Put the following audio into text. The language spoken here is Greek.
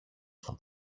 στον